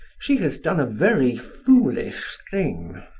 she has done a very foolish thing.